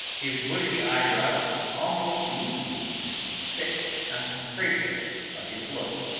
his bushy eyebrows almost meeting with the fixed concentration of his look.